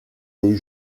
les